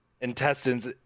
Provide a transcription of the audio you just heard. intestines